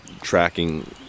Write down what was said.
tracking